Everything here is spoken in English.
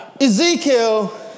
Ezekiel